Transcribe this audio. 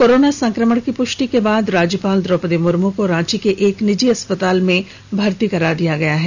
corona संक्रमण की पुष्टि को बाद राज्यपाल द्रौपदी मुर्मू को रांची के एक निजी अस्पताल में भर्ती कराया गया है